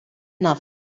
nothing